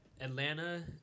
Atlanta